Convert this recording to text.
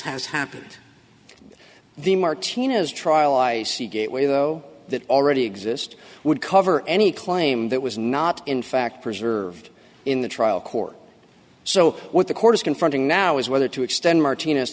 has happened the martina's trial i c gateway though that already exist would cover any claim that was not in fact preserved in the trial court so what the court is confronting now is whether to extend martinez